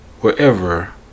wherever